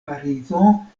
parizo